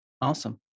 Awesome